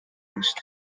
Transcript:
nicht